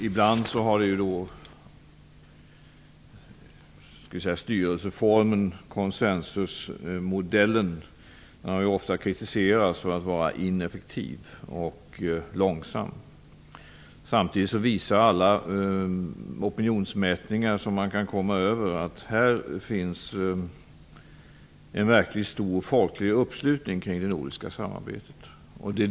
Ibland har styrelseformen, konsensusmodellen, ofta kritiserats för att vara ineffektiv och långsam. Samtidigt visar alla opinionsmätningar som man kan komma över att det kring det nordiska samarbetet finns en verkligt stor folklig uppslutning.